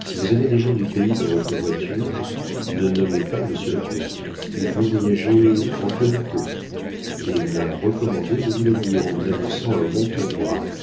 si vous avez des gens du pays dans votre voiture ne nommez pas monsieur le comte il veut voyager en cognito et m'a recommandé de vous le dire en vous annonçant un bon pourboire